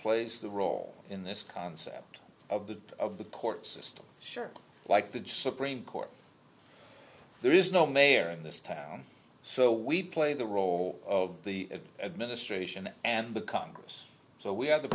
place the role in this concept of the of the court system sure like the supreme court there is no mayor in this town so we play the role of the administration and the congress so we have the